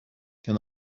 can